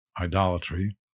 idolatry